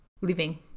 living